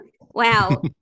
wow